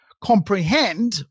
comprehend